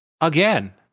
Again